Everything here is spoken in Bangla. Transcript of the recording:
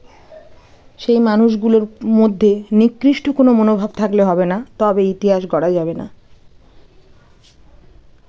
সেই মানুষগুলোর মধ্যে নিকৃষ্ট কোনো মনোভাব থাকলে হবে না তবে ইতিহাস গড়া যাবে না